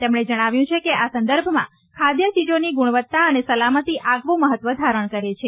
તેમણે જણાવ્યું છે કે આ સંદર્ભમાં ખાઘ ચીજોની ગુણવત્તા અને સલામતી આગવું મહત્વ ધારણ કરે છે